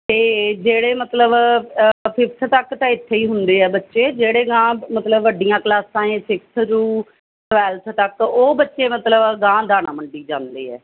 ਅਤੇ ਜਿਹੜੇ ਮਤਲਬ ਫਿਫਥ ਤੱਕ ਤਾਂ ਇੱਥੇ ਹੀ ਹੁੰਦੇ ਆ ਬੱਚੇ ਜਿਹੜੇ ਅਗਾਂਹ ਮਤਲਬ ਵੱਡੀਆਂ ਕਲਾਸਾਂ ਹੈ ਸਿਕਸਥ ਟੂ ਟਵੈਂਲਥ ਤੱਕ ਉਹ ਬੱਚੇ ਮਤਲਬ ਅਗਾਂਹ ਦਾਣਾ ਮੰਡੀ ਜਾਂਦੇ ਆ